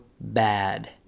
bad